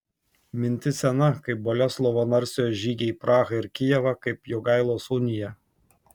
mintis sena kaip boleslovo narsiojo žygiai į prahą ir kijevą kaip jogailos unija